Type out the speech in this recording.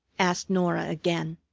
asked norah again.